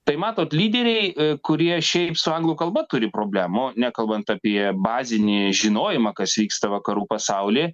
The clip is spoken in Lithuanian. tai matot lyderiai kurie šiaip su anglų kalba turi problemų nekalbant apie bazinį žinojimą kas vyksta vakarų pasauly